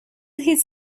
his